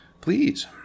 please